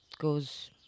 goes